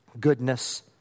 goodness